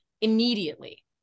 Immediately